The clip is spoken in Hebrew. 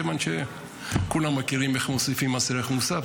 כיוון שכולם מכירים איך מוסיפים מס ערך מוסף,